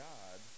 God